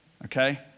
Okay